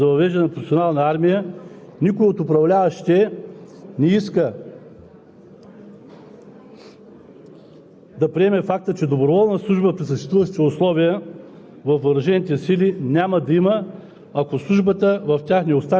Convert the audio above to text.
вместо да се тръгне към предлагането на много по-рационални решения. Вече 12 години след прибързаното решение за въвеждане на професионална армия никой от управляващите не иска